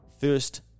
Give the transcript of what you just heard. First